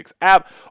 app